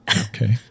Okay